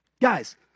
Guys